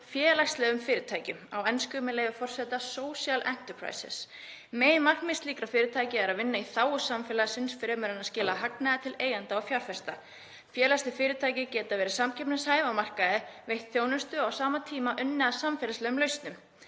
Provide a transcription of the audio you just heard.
félagslegum fyrirtækjum, á ensku, með leyfi forseta, „social enterprises“. Meginmarkmið slíkra fyrirtækja er að vinna í þágu samfélagsins fremur en að skila hagnaði til eigenda og fjárfesta. Félagsleg fyrirtæki geta verið samkeppnishæf á markaði og veitt þjónustu og á sama tíma unnið að samfélagslegum lausnum.